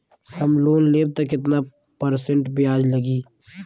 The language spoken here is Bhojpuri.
हम लोन लेब त कितना परसेंट ब्याज लागी?